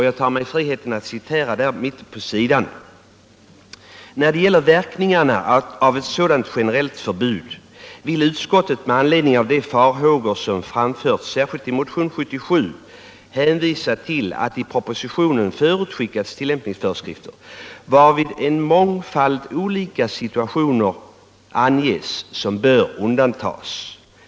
Jag tar mig friheten att citera den: ”När det gäller verkningarna av ett sådant generellt förbud vill utskottet med anledning av de farhågor som framförts särskilt i motionen 77 hänvisa till att i propositionen förutskickats tillämpningsföreskrifter, varvid en mångfald olika situationer anges som bör undantas de —-—-=-.